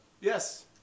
Yes